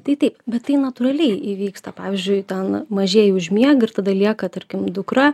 tai taip bet tai natūraliai įvyksta pavyzdžiui ten mažieji užmiega ir tada lieka tarkim dukra